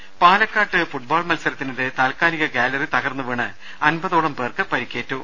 രദേശ പാലക്കാട് ഫുട്ബോൾ മത്സരത്തിനിടെ താൽക്കാലിക ഗാലറി തകർന്ന് വീണ് അൻപതോളം പേർക്ക് പരിക്കേറ്റു